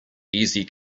easy